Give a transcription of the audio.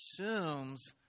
assumes